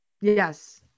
yes